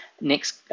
next